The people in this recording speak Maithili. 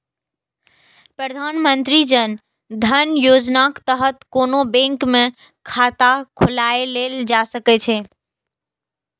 प्रधानमंत्री जन धन योजनाक तहत कोनो बैंक मे खाता खोलाएल जा सकै छै